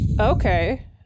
okay